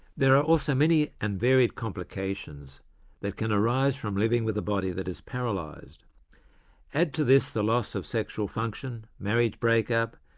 there are also many and varied complications that can arise from living with a body that is paralysed. add to this the loss of sexual function, marriage break-up,